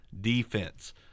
defense